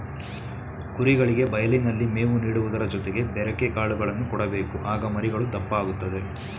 ಕುರಿಗಳಿಗೆ ಬಯಲಿನಲ್ಲಿ ಮೇವು ನೀಡುವುದರ ಜೊತೆಗೆ ಬೆರೆಕೆ ಕಾಳುಗಳನ್ನು ಕೊಡಬೇಕು ಆಗ ಮರಿಗಳು ದಪ್ಪ ಆಗುತ್ತದೆ